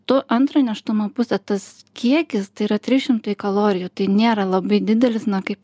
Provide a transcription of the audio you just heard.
to antrą nėštumo pusę tas kiekis tai yra trys šimtai kalorijų tai nėra labai didelis na kaip